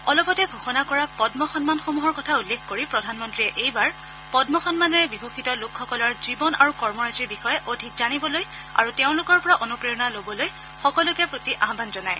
অলপতে ঘোষণা কৰা পল্ম সন্মানসমূহৰ কথা উল্লেখ কৰি প্ৰধানমন্ত্ৰীয়ে এইবাৰ পদ্ম সন্মানেৰে বিভূষিত লোকসকলৰ জীৱন আৰু কৰ্মৰাজিৰ বিষয়ে অধিক জানিবলৈ আৰু তেওঁলোকৰ পৰা অনুপ্ৰেৰণা ল'বলৈ সকলোৰে প্ৰতি আহান জনায়